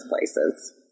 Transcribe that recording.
places